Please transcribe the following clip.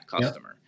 customer